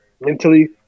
mentally